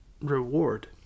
reward